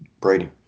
Brady